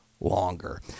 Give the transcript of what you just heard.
longer